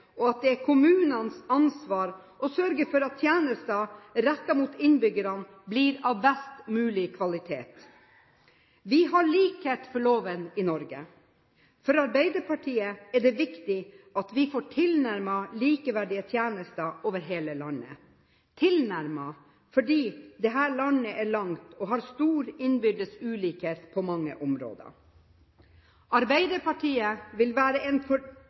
og at det er kommunenes ansvar å sørge for at tjenester rettet mot innbyggerne blir av best mulig kvalitet. Vi har likhet for loven i Norge. For Arbeiderpartiet er det viktig at vi får tilnærmet likeverdige tjenester over hele landet – tilnærmet, fordi dette landet er langt og har stor innbyrdes ulikhet på mange områder. Arbeiderpartiet vil være en pådriver for